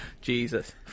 Jesus